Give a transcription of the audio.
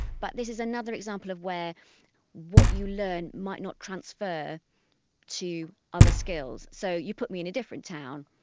but this is another example of where what you learn might not transfer to other skills. so you put me in a different town,